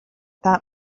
that